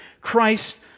Christ